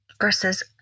versus